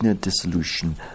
dissolution